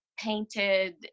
painted